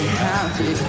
happy